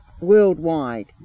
Worldwide